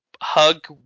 hug